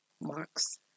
marks